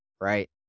right